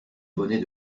bonnets